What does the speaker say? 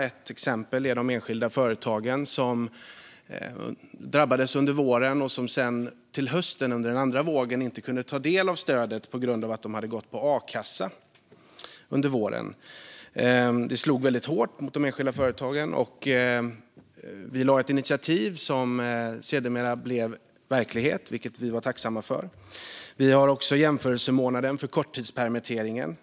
Ett exempel är enskilda företagare som drabbades under våren och sedan under hösten, under den andra vågen, inte kunde ta del av stödet eftersom de hade gått på a-kassa under våren. Det slog hårt mot enskilda företag. Vi lade fram ett initiativ om detta som sedermera blev verklighet, vilket vi är tacksamma för. Vi har också jämförelsemånaden för korttidspermitteringen.